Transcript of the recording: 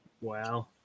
Wow